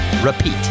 repeat